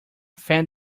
fan